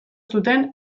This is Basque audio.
zuten